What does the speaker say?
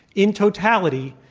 in totality,